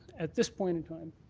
at this point in time.